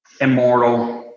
Immortal